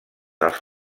als